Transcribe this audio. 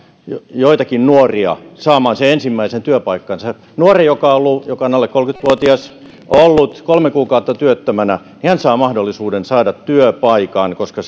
joitakin nuoria saamaan sen ensimmäisen työpaikkansa nuori joka on alle kolmekymmentä vuotias joka on ollut kolme kuukautta työttömänä saa mahdollisuuden saada työpaikan koska